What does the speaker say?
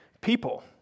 people